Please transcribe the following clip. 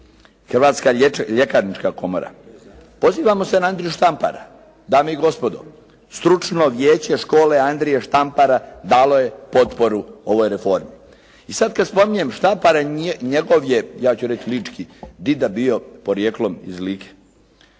Hrvatska ljekarnička komora. Pozivamo se na Andriju Štampara. Dame i gospodo, stručno vijeće škole Andrije Štampara dalo je potporu ovoj reformi. I sad kad spominjem Štampara njegov je ja ću reći Lički dida bio porijeklom iz Like.